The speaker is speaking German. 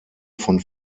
von